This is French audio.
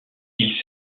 ils